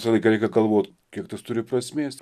visą laiką reikia galvot kiek tas turi prasmės